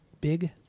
big